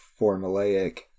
formulaic